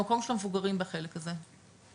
במקום של המבוגרים בחלק הזה.